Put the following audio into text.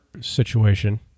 situation